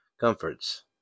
comforts